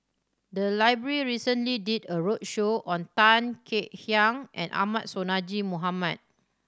the library recently did a roadshow on Tan Kek Hiang and Ahmad Sonhadji Mohamad